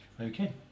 okay